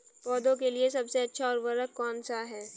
पौधों के लिए सबसे अच्छा उर्वरक कौन सा है?